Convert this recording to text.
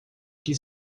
que